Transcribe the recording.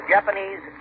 Japanese